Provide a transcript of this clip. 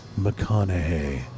McConaughey